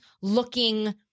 looking